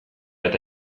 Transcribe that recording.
eta